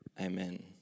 amen